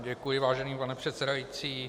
Děkuji, vážený pane předsedající.